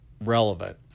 relevant